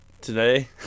today